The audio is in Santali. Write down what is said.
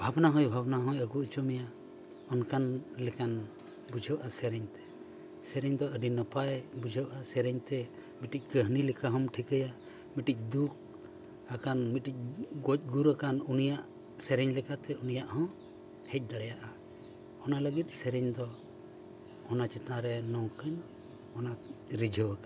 ᱵᱷᱟᱵᱽᱱᱟ ᱦᱚᱸᱭ ᱵᱷᱟᱵᱽᱱᱟ ᱦᱚᱸᱭ ᱟᱹᱜᱩ ᱦᱚᱪᱚ ᱢᱮᱭᱟ ᱚᱱᱠᱟᱱ ᱞᱮᱠᱟ ᱵᱩᱡᱷᱟᱹᱜᱼᱟ ᱥᱮᱨᱮᱧ ᱛᱮ ᱥᱮᱨᱮᱧ ᱫᱚ ᱟᱹᱰᱤ ᱱᱟᱯᱟᱭ ᱵᱩᱡᱷᱟᱹᱜᱼᱟ ᱥᱮᱨᱮᱧ ᱛᱮ ᱢᱤᱫᱴᱤᱡ ᱠᱟᱹᱦᱱᱤ ᱞᱮᱠᱟ ᱦᱚᱢ ᱴᱷᱤᱠᱟᱹᱭᱟ ᱢᱤᱫᱴᱤᱡ ᱫᱩᱠ ᱟᱠᱟᱱ ᱢᱤᱫᱴᱤᱡ ᱜᱚᱡᱼᱜᱩᱨ ᱟᱠᱟᱱ ᱩᱱᱤᱭᱟᱜ ᱥᱮᱨᱮᱧ ᱞᱮᱠᱟᱛᱮ ᱩᱱᱤᱭᱟᱜ ᱦᱚᱸ ᱦᱮᱡ ᱫᱟᱲᱮᱭᱟᱜᱼᱟ ᱚᱱᱟ ᱞᱟᱹᱜᱤᱫ ᱥᱮᱨᱮᱧ ᱫᱚ ᱚᱱᱟ ᱪᱮᱛᱟᱱ ᱨᱮ ᱱᱚᱝᱠᱟᱧ ᱚᱱᱟᱧ ᱨᱤᱡᱷᱟᱹᱣ ᱟᱠᱟᱱᱟ